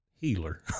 Healer